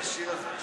ניסן,